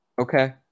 Okay